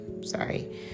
sorry